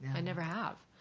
i never have.